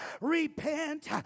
Repent